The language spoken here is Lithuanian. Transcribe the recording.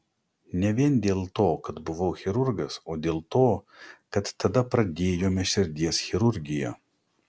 ne vien dėl to kad buvau chirurgas o dėl to kad tada pradėjome širdies chirurgiją